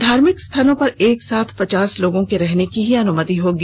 धार्मिक स्थलों पर एक साथ पचास लोगों के रहने की ही अनुमति होगी